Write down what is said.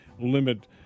limit